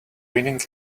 reading